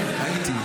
כן, הייתי.